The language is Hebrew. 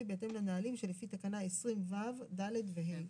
בהתאם לנהלים שלפי תקנה 20ו(ד) ו-(ה).